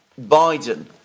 Biden